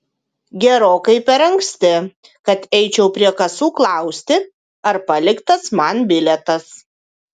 gerokai per anksti kad eičiau prie kasų klausti ar paliktas man bilietas